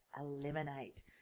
eliminate